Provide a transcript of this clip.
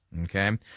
Okay